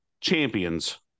champions